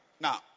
now